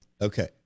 Okay